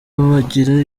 bagira